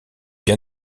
bien